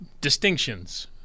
distinctions